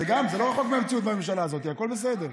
זה לא רחוק מהמציאות בממשלה הזאת, הכול בסדר.